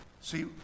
see